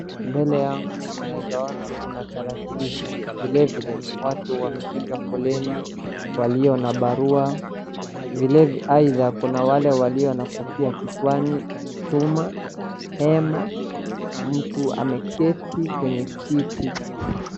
Mbele yangu unaeza ona kuna tarakilishi .Vilevile, watu wamepiga foleni walio na barua. Vilevile aidha kuna wale walio na kofia kichwani. Nyuma hema kuna mtu ameketi kwenye kiti.